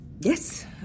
Yes